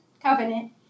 covenant